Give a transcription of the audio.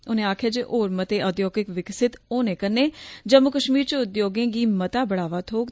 उन्ने आक्खेया जे होर मते औद्योगिक विकसित होने कन्नै जम्मू कश्मीर उद्योगें गी मता बढ़ावा थ्होग